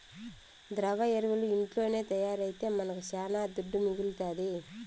ద్రవ ఎరువులు ఇంట్లోనే తయారైతే మనకు శానా దుడ్డు మిగలుతాది